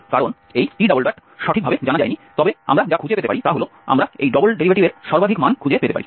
কারণ এই t সঠিকভাবে জানা যায়নি তবে আমরা যা খুঁজে পেতে পারি তা হল আমরা এই ডবল ডেরিভেটিভের সর্বাধিক মান খুঁজে পেতে পারি